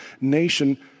nation